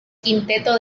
quinteto